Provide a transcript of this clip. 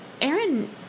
Aaron